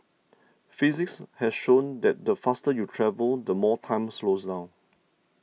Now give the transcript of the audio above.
physics has shown that the faster you travel the more time slows down